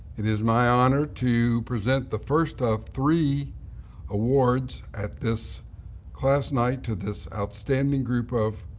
it is my honor to present the first of three awards at this class night to this outstanding group of